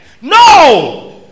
No